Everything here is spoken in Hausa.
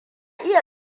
iya